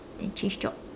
then change job